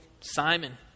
Simon